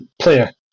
player